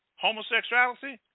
homosexuality